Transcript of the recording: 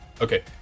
Okay